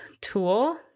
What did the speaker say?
tool